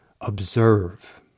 observe